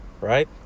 Right